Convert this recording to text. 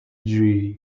ġrieħi